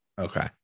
Okay